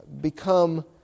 become